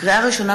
לקריאה ראשונה,